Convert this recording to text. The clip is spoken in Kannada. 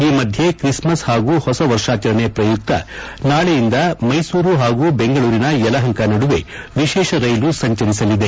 ಈ ಮಧ್ಯೆ ಕ್ರಿಸ್ ಮಸ್ ಹಾಗೂ ಹೊಸ ವರ್ಷಾಚರಣೆ ಪ್ರಯುಕ್ತ ನಾಳೆಯಿಂದ ಮೈಸೂರು ಹಾಗೂ ಬೆಂಗಳೂರಿನ ಯಲಹಂಕ ನಡುವೆ ವಿಶೇಷ ರೈಲು ಸಂಚರಿಸಲಿದೆ